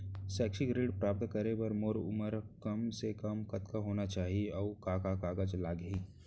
शैक्षिक ऋण प्राप्त करे बर मोर उमर कम से कम कतका होना चाहि, अऊ का का कागज लागही?